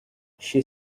she